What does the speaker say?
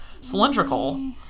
cylindrical